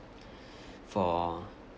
for